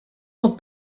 dat